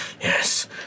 yes